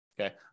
Okay